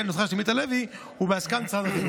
הנוסחה של עמית לוי היא בהסכמת משרד החינוך,